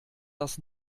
das